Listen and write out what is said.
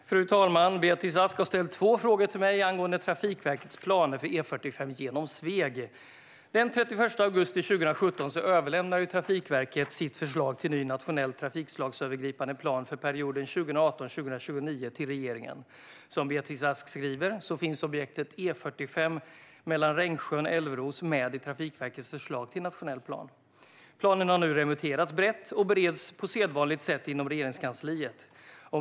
Fru talman! Beatrice Ask har ställt två frågor till mig angående Trafikverkets planer för E45 genom Sveg. Den 31 augusti 2017 överlämnade Trafikverket sitt förslag till ny nationell trafikslagsövergripande plan för perioden 2018-2029 till regeringen. Som Beatrice Ask skriver finns objektet E45 mellan Rengsjön och Älvros med i Trafikverkets förslag till nationell plan. Planen har nu remitterats brett och bereds på sedvanligt sätt inom Regeringskansliet.